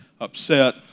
upset